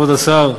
כבוד השר,